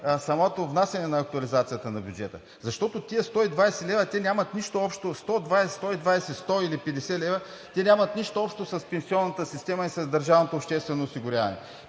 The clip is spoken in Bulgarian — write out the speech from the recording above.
самото внасяне на актуализацията на бюджета, защото тези 120 лв. нямат нищо общо – 100, 120 или 50 лв., нямат нищо общо с пенсионната система и с държавното обществено осигуряване,